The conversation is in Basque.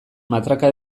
matraka